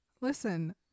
listen